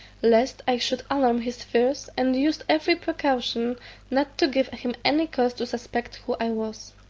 lest i should alarm his fears, and used every precaution not to give him any cause to suspect who i was.